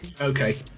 Okay